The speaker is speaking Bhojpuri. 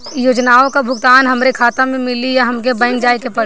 योजनाओ का भुगतान हमरे खाता में मिली या हमके बैंक जाये के पड़ी?